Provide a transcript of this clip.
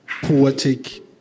poetic